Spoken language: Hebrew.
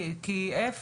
KF